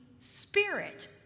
spirit